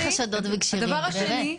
דבר שני,